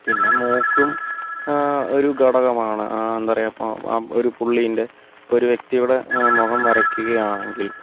പിന്നെ മൂക്കും ഒരു ഘടകമാണ് എന്താ പറയാ ഒരു പുള്ളീൻറ്റെ ഇപ്പോൾ ഒരു വ്യക്തിയുടെ മുഖം വരയ്ക്കുകയാണെങ്കിൽ